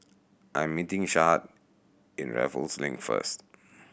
I am meeting Shad in Raffles Link first